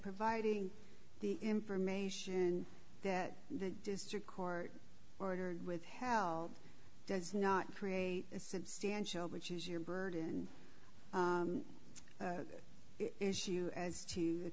providing the information that the district court ordered withheld does not create a substantial which is your burden issue as to the